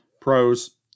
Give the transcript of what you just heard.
Pros